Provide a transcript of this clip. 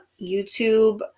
YouTube-